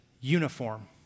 uniform